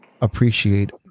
appreciate